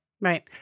Right